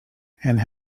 and